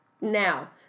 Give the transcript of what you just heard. now